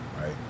right